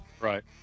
Right